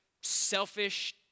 selfish